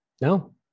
No